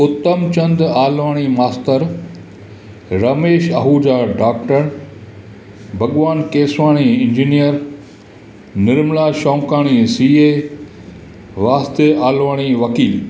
उत्तमचंद आलोणी मास्तर Ramesh Ahuja doctor Bhagwan Keshwani engineer Nirmala Shaukani C A वास्तिर आलोणी वकील